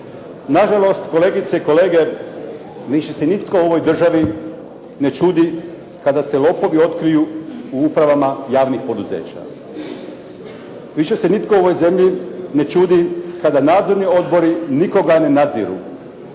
Na žalost, kolegice i kolege, više se nitko u ovoj državi ne čudi kada se lopovi otkriju u upravama javnih poduzeća. Više se nitko u ovoj zemlji ne čudi kada nadzorni odbori nikoga ne nadziru.